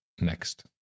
next